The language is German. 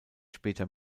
später